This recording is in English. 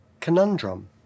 conundrum